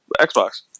Xbox